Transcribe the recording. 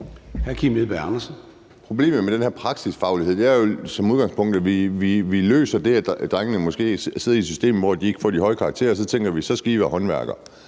Problemet med den her praksisfaglighed er, at man som udgangspunkt vil løse det med, at drengene måske sidder i et system, hvor de ikke får de høje karakterer, ved at tænke: Så skal I være håndværkere,